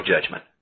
judgment